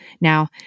Now